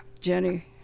jenny